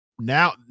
Now